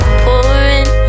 pouring